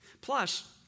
Plus